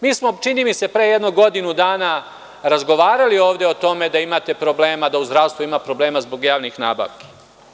Mi smo čini mi se, pre jedno godinu dana razgovarali ovde o tome da imate problema, da u zdravstvu ima problema zbog javnih nabavki.